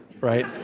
right